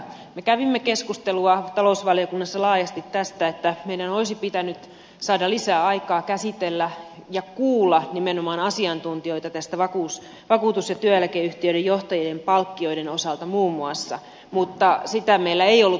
me kävimme keskustelua talousvaliokunnassa laajasti tästä että meidän olisi pitänyt saada lisää aikaa käsitellä asiaa ja nimenomaan kuulla asiantuntijoita muun muassa vakuutus ja työeläkeyhtiöiden johtajien palkkioiden osalta mutta siihen meillä ei ollut mahdol lisuutta